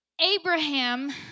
Abraham